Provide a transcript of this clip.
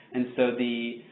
and so, the